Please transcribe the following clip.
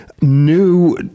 new